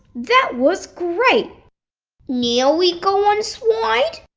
that was great now we go on slide?